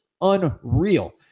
unreal